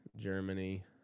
germany